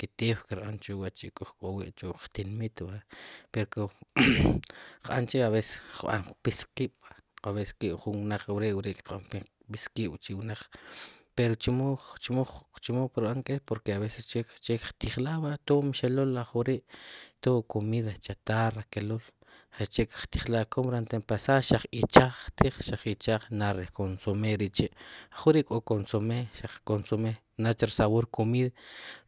keetew kirb'an chu wachi' ujk'owi' chu wuq tinmit va, pero como qb'an chi' a veces kqb'an qpis qib', k'o veces, ke jun wnaq wre' ke qb'ankeen, kpis kib' chu wnaq, pero chemoo, chemoo, chemoo keb'an, porque veces che, che qtijla' va todo mi xeluul ajk'ori' todo comida chatarra keluul, xaq che qtijla', como re' antepasado xaq ichaaj ktiij, xaq ichaaj nare' consomé ri chi', ajk'ori' ko' consomé, xaq consomé nachr sabor comida,